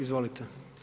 Izvolite.